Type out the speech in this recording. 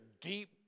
deep